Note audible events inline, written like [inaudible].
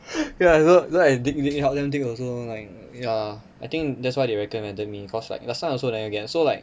[breath] ya so so I dig dig help them dig also lor like ya I think that's why they recommended me cause like last time I also never get so like